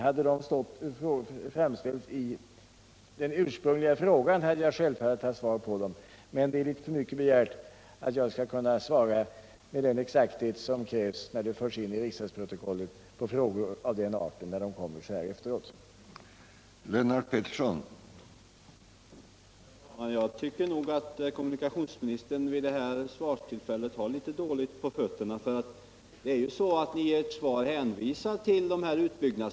Hade de framställts i den ursprungliga frågan hade jag självfallet nu haft svar att ge på dem, men det är litet mycket begärt att jag, med den exakthet som krävs när det som sägs förs in i riksdagsprotokollet, skall kunna svara på frågor av den arten när de kommer så här efteråt.